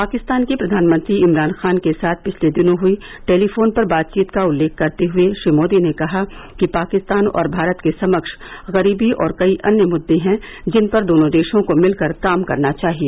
पाकिस्तान के प्रधानमंत्री इमरान खान के साथ पिछले दिनों हुई टेलीफोन पर बातचीत का उल्लेख करते हुए श्री मोदी ने कहा कि पाकिस्तान और भारत के समक्ष गरीबी और कई अन्य मूहे हैं जिन पर दोनों देशों को मिलकर काम करना चाहिए